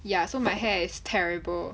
ya so my hair is terrible